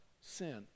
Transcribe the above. Sin